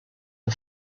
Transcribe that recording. and